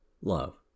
love